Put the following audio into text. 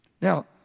Now